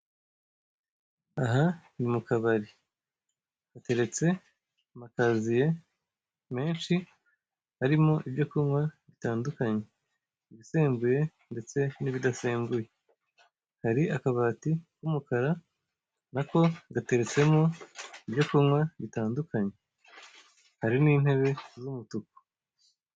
Aha ni mu kabari. Hateretse amakaziye menshi arimo ibyo kunywa bitandukanye, ibisembuye n'ibidasembuye. Hari akabati k'umukara na ko gateretsemo ibyo kunywa bitandukanye. Harimo intebe z'umutuku.